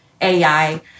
AI